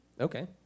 Okay